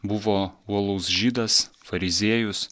buvo uolus žydas fariziejus